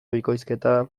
bikoizketa